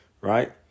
Right